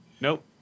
Nope